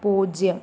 പൂജ്യം